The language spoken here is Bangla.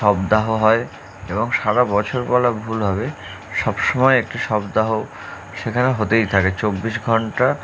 শব দাহ হয় এবং সারা বছর বলা ভুল হবে সব সময় একটি শব দাহ সেখানে হতেই থাকে চব্বিশ ঘন্টা